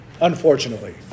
unfortunately